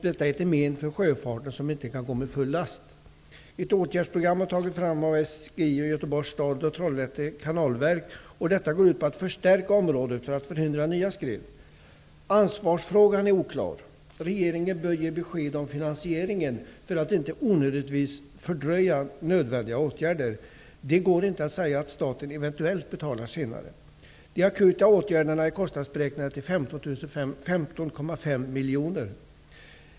Detta är till men för sjöfarten som inte kan gå med full last. Ett åtgärdsprogram har tagits fram av SGI, Göteborgs stad och Trollhätte Kanalverk som går ut på att området skall förstärkas för att förhindra nya skred. Ansvarsfrågan är oklar. Regeringen bör ge besked om finansieringen för att inte onödigtvis fördröja nödvändiga åtgärder. Det går inte att säga att staten eventuellt betalar senare. De akuta åtgärderna är kostnadsberäknade till 15,5 miljoner.